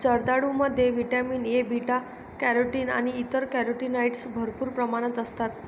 जर्दाळूमध्ये vitamin A, beta carotene आणि इतर कॅरोटीनॉइड्स भरपूर प्रमाणात असतात